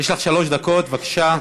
שלוש דקות, בבקשה.